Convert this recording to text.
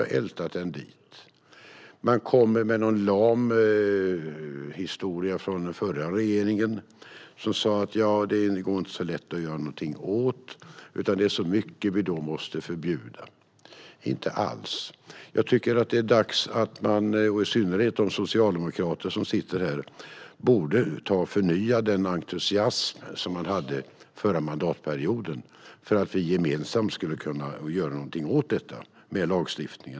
Den förra regeringen kom med en lam historia om att det inte var så lätt att göra något åt, för då måste man förbjuda så mycket. Så är det inte alls. I synnerhet de socialdemokrater som sitter här borde förnya den entusiasm de hade förra mandatperioden så att vi gemensamt kan göra något åt detta genom lagstiftning.